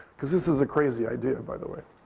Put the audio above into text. because this is a crazy idea, by the way.